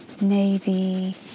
navy